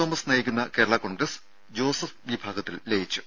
Thomas നയിക്കുന്ന Kerala Congress Joseph വിഭാഗത്തിൽ ലയിച്ചു